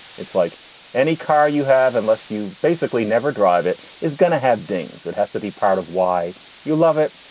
it's like any car you have. unless you basically never drive, it is gonna have dings. it has to be part of why you love it.